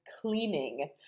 cleaning